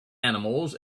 animals